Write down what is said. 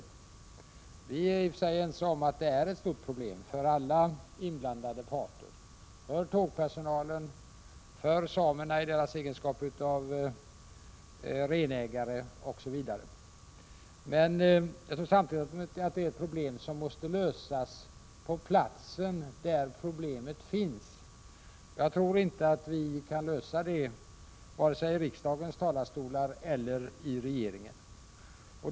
I och för sig är vi ense om att det är ett stort problem för alla inblandade parter — för tågpersonalen, för samerna i deras egenskap av renägare, osv. — men samtidigt tror jag att problemet måste lösas på platsen, där problemet finns. Jag tror inte vi kan lösa det vare sig i riksdagens talarstol elleri regeringen.